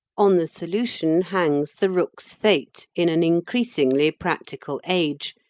on the solution hangs the rook's fate in an increasingly practical age,